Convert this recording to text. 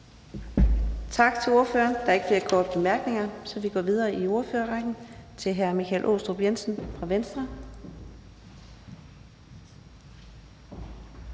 Tak til ordføreren. Der er ikke flere korte bemærkninger, så vi går nu videre i talerrækken til hr. Karsten Hønge fra